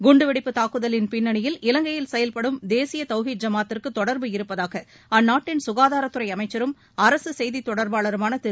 குண்டுவெடிப்பு தாக்குதலின் பின்னணியில் இலங்கையில் செயல்படும் தேசிய தௌஹித் ஜமாத்துக்கு தொடர்பு இருப்பதாக அந்நாட்டின் சுகாதாரத்துறை அமைச்சரும் அரசு செய்தித் தொடர்பாளருமான திரு